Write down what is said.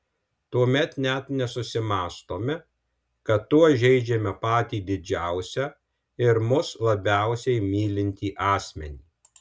tuomet net nesusimąstome kad tuo žeidžiame patį didžiausią ir mus labiausiai mylintį asmenį